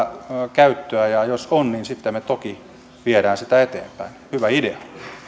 käyttöä ja jos on niin sitten me toki viemme sitä eteenpäin hyvä idea arvoisa